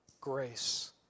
grace